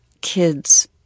kids